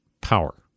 power